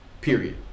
Period